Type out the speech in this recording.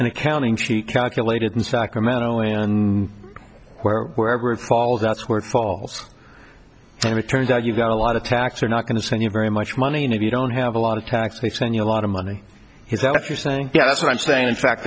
in accounting she calculated in sacramento where wherever it falls that's where it false and it turns out you got a lot of tax are not going to send you very much money and if you don't have a lot of tax they send you a lot of money is that what you're saying yeah that's what i'm saying in fact